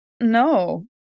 No